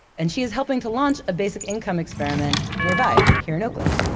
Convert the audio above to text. and she is helping to launch a basic income experiment nearby here in oakland.